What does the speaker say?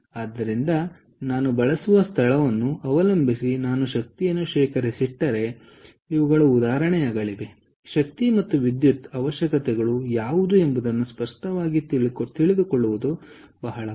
ಆದ್ದರಿಂದ ನಾನು ಬಳಸುವ ಸ್ಥಳವನ್ನು ಅವಲಂಬಿಸಿ ನಾನು ಶಕ್ತಿಯನ್ನು ಶೇಖರಿಸಿಟ್ಟರೆ ಇವುಗಳು ಉದಾಹರಣೆಗಳಾಗಿವೆ ಶಕ್ತಿ ಮತ್ತು ವಿದ್ಯುತ್ ಅವಶ್ಯಕತೆಗಳು ಯಾವುವು ಎಂಬುದನ್ನು ಸ್ಪಷ್ಟವಾಗಿ ತಿಳಿದುಕೊಳ್ಳುವುದು ಬಹಳ ಮುಖ್ಯ